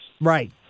Right